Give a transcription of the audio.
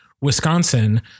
Wisconsin